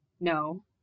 No